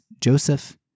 Joseph